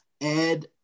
ed